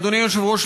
אדוני היושב-ראש,